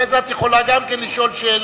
אחרי זה גם את יכולה לשאול שאלה,